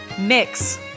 mix